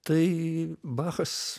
tai bachas